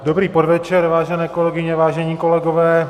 Dobrý podvečer, vážené kolegyně, vážení kolegové.